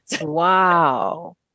Wow